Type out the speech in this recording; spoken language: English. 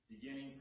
beginning